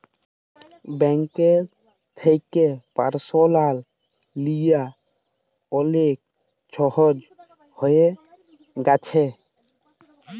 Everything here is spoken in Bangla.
ব্যাংক থ্যাকে পারসলাল লিয়া অলেক ছহজ হঁয়ে গ্যাছে